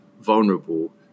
vulnerable